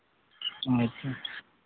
ᱟᱪᱪᱷᱟ